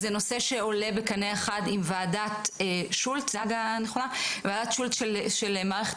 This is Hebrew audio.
זה נושא שעולה בקנה אחד עם ועדת שולט של מערכת